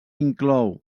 inclou